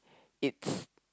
it's